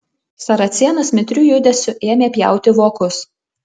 saracėnas mitriu judesiu ėmė pjauti vokus